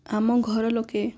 ଆମ ଘର ଲୋକେ